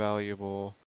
valuable